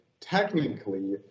technically